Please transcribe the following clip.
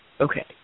Okay